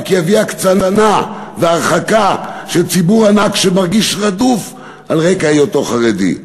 רק יביא הקצנה והרחקה של ציבור ענק שמרגיש רדוף על רקע היותו חרדי,